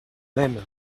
aime